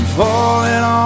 falling